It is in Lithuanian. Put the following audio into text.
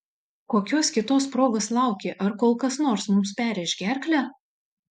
kokios kitos progos lauki ar kol kas nors mums perrėš gerklę